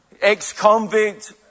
ex-convict